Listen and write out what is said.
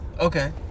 Okay